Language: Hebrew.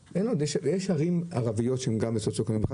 יש ערים ערביות שהן גם בסוציואקונומי 1